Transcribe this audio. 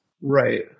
right